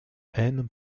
haine